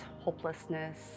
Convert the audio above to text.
hopelessness